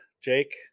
Jake